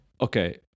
okay